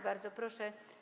Bardzo proszę.